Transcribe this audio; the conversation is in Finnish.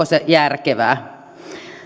se järkevää